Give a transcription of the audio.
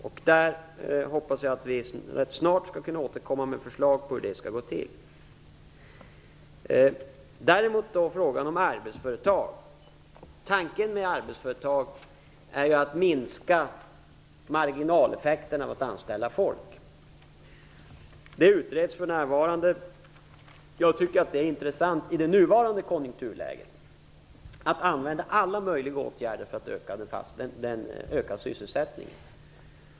Jag hoppas att vi snart skall kunna återkomma med förslag om hur detta skall gå till. Tanken med arbetsföretag är att marginaleffekterna av att anställa folk skall minska. För närvarande utreds detta förslag. Jag tycker att det i det nuvarande konjunkturläget är intressant att pröva alla möjliga åtgärder för att öka sysselsättningen.